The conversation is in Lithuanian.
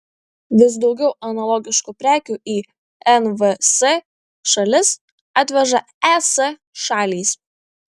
vis daugiau analogiškų prekių į nvs šalis atveža es šalys